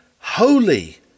holy